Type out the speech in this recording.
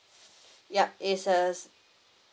yup it's a